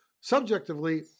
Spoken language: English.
subjectively